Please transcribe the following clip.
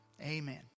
Amen